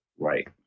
Right